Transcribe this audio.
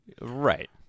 Right